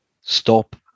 stop